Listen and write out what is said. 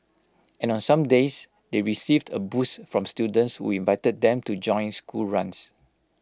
and on some days they received A boost from students who invited them to join school runs